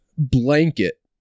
blanket